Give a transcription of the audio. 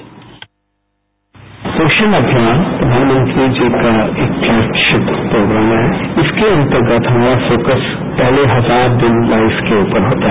bite V K Paul Poshan Abhiyan प्रघानमंत्री जी का एक पलैगशिप प्रोग्राम है इसके अंतर्गत हमारा फोकस पहले हजार दिन लाइफ के ऊपर होता है